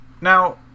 now